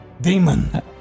demon